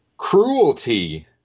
Cruelty